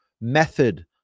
method